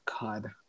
God